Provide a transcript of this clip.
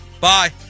Bye